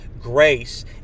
grace